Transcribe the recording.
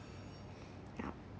ya